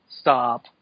Stop